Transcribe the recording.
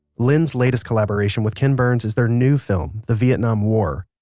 lynn's latest collaboration with ken burns is their new film the vietnam war.